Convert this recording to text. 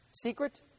secret